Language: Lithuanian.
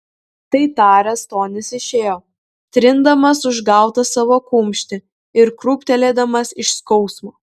tai taręs tonis išėjo trindamas užgautą savo kumštį ir krūptelėdamas iš skausmo